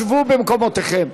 שבו במקומותיכם.